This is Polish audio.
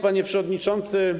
Panie Przewodniczący!